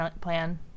plan